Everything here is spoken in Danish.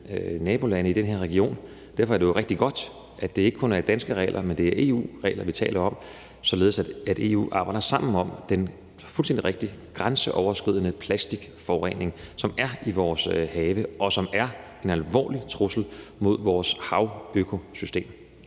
nabolandene her i regionen. Derfor er det jo rigtig godt, at det ikke kun er de danske regler, vi taler om, men at det også er EU-reglerne, således at man i EU arbejder sammen om det, når det drejer sig om den – det er fuldstændig rigtigt – grænseoverskridende plastikforurening, som er i vores have, og som er en alvorlig trussel mod vores havøkosystem.